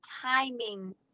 timing